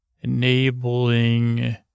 Enabling